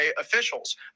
officials